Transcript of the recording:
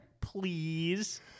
please